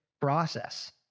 process